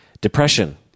Depression